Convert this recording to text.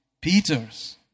Peter's